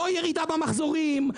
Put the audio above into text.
לא ירידה במחזורים,